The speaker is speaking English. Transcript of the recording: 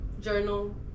Journal